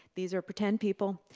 these are pretend people,